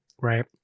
Right